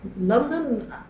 London